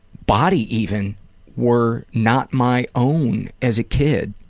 body even were not my own as a kid.